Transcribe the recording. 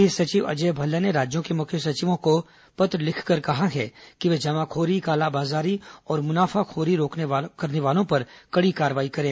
गृह सचिव अजय भल्ला ने राज्यों के मुख्य सचिवों को पत्र लिखकर कहा है कि वे जमाखोरी काला बाजारी और मुनाफाखोरी करने वालों पर कड़ी कार्रवाई करें